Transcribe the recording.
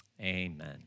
amen